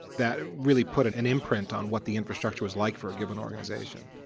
that really put an an imprint on what the infrastructure was like for a given organization.